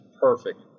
perfect